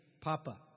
papa